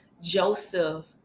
Joseph